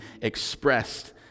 expressed